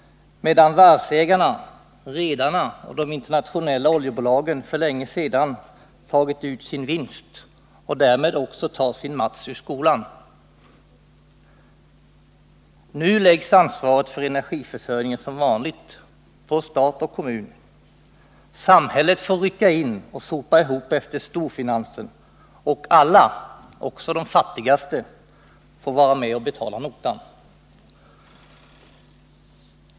Varvsägarna, redarna och de internationella oljebolagen har för länge sedan tagit ut sin vinst och också tagit sin mats ur skolan. Nu läggs ansvaret som vanligt på stat och kommun. Samhället får rycka in och sopa ihop efter storfinansen. Alla, också de fattigaste, får vara med och betala notan.